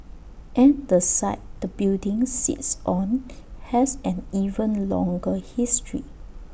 and the site the building sits on has an even longer history